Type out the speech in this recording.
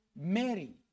Mary